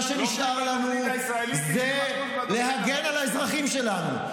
מה שנשאר לנו זה להגן על האזרחים שלנו.